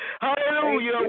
Hallelujah